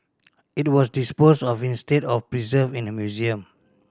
it was disposed of instead of preserved in a museum